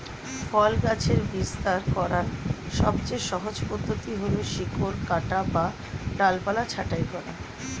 ফল গাছের বিস্তার করার সবচেয়ে সহজ পদ্ধতি হল শিকড় কাটা বা ডালপালা ছাঁটাই করা